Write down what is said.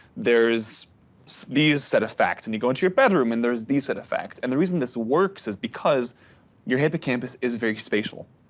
there's these set of facts, and you go into your bedroom. and there's these set of facts. and the reason this works is because your hippocampus is very spatial,